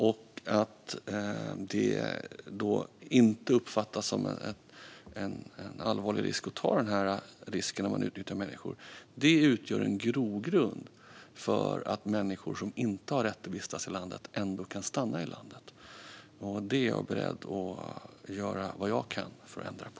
Det uppfattas inte som en allvarlig risk att ta att utnyttja dessa människor, och det utgör en grogrund för att människor som inte har rätt att vistas i landet ändå kan stanna. Det är jag beredd att göra vad jag kan för att ändra på.